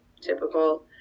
typical